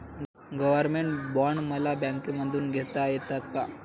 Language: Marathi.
गव्हर्नमेंट बॉण्ड मला बँकेमधून घेता येतात का?